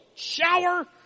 shower